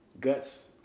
Guts